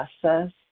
process